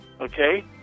Okay